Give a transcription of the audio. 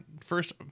first